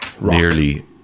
nearly